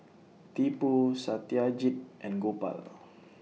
Tipu Satyajit and Gopal